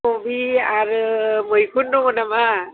कबि आरो मैखुन दङ नामा